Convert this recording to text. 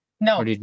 No